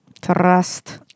Trust